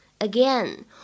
Again